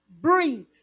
breathe